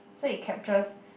so it captures